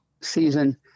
season